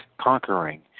conquering